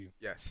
Yes